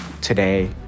today